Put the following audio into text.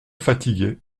fatigué